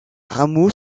rameaux